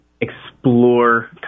explore